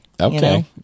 okay